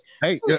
Hey